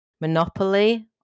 monopoly